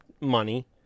money